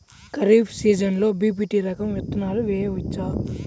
ఖరీఫ్ సీజన్లో బి.పీ.టీ రకం విత్తనాలు వేయవచ్చా?